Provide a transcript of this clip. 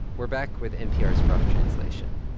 we're back with npr's rough translation.